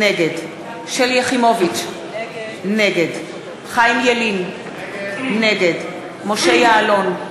נגד שלי יחימוביץ, נגד חיים ילין, נגד משה יעלון,